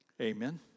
amen